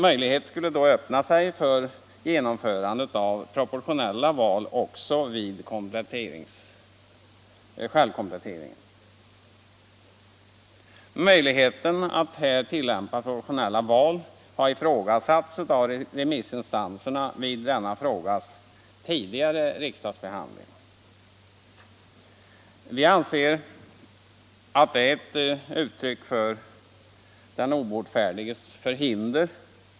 Möjlighet skulle då öppna sig för genomförande av proportionella val också vid självkompletteringen. Denna möjlighet att här tillämpa proportionella val har ifrågasatts av remissinstanserna vid denna frågas tidigare riksdagsbehandling. Vi anser att det är ett uttryck för den obotfärdiges förhinder.